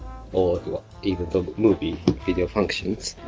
or even the movie, video functions.